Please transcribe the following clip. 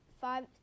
five –